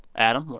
adam,